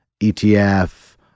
ETF